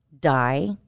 die